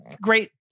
great